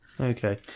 Okay